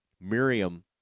Miriam